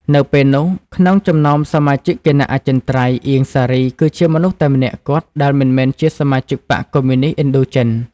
នៅពេលនោះ ក្នុងចំណោមសមាជិកគណៈអចិន្ត្រៃយ៍ អៀង សារី គឺជាមនុស្សតែម្នាក់គត់ ដែលមិនមែនជាសមាជិកបក្សកុម្មុយនិស្តឥណ្ឌូចិន។